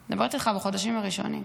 אני מדברת איתך על החודשים הראשונים.